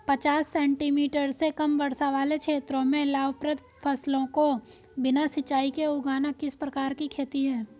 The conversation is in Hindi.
पचास सेंटीमीटर से कम वर्षा वाले क्षेत्रों में लाभप्रद फसलों को बिना सिंचाई के उगाना किस प्रकार की खेती है?